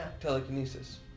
telekinesis